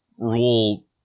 rule